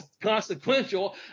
Consequential